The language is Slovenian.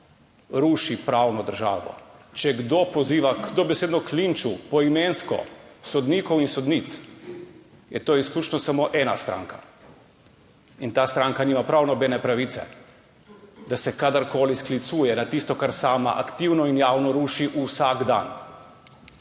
ruši pravno državo, če kdo poziva k, dobesedno, linču, poimensko, sodnikov in sodnic, je to izključno samo ena stranka. In ta stranka nima prav nobene pravice, da se kadarkoli sklicuje na tisto, kar sama aktivno in javno ruši vsak dan.